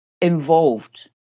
involved